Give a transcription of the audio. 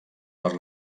per